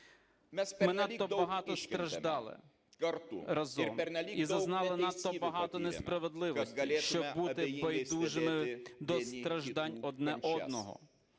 Ми надто багато страждали разом і зазнали надто багато несправедливості, щоб бути байдужими до страждань одне одного.